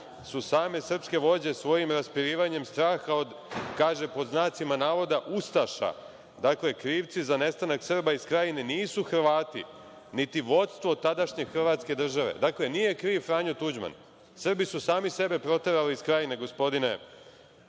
su same srpske vođe svojim raspirivanjem straha od, kaže „ustaša“. Dakle, krivci za nestanak Srba iz Krajine nisu Hrvati, niti vođstvo tadašnje Hrvatske države. Dakle, nije kriv Franjo Tuđman. Srbi su sami sebe proterali iz Krajine, gospodine